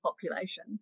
population